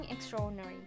extraordinary